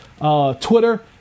Twitter